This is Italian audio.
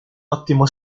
ottimo